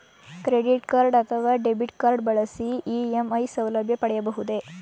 Credit card ಅಥವಾ debit card ಬಳಸಿ EMI ಸೌಲಭ್ಯ ಪಡೆಯಬಹುದೇ?